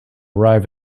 arrive